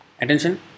attention